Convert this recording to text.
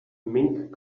mink